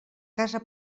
casa